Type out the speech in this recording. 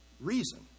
reason